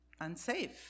unsafe